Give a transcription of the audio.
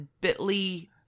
bit.ly